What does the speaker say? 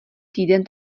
týden